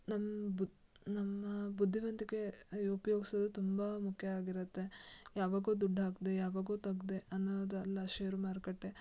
ನಮ್ಮ ಬುದ್ದಿ ನಮ್ಮ ಬುದ್ದಿವಂತಿಕೆ ಉಪಯೋಗ್ಸೋದು ತುಂಬ ಮುಕ್ಯ ಆಗಿರುತ್ತೆ ಯಾವಾಗೋ ದುಡ್ಡು ಹಾಕ್ದೆ ಯಾವಾಗೋ ತೆಗ್ದೆ ಅನ್ನೋದ್ ಅಲ್ಲ ಶೇರು ಮಾರುಕಟ್ಟೆ